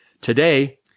Today